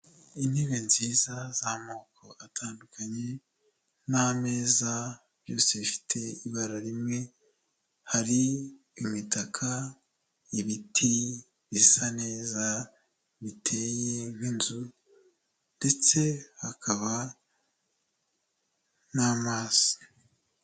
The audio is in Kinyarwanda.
Intebe nziza z'amoko atandukanye n'ameza byose bifite ibara rimwe, hari imitaka, ibiti bisa neza biteye nk'inzu ndetse hakaba n'amazi.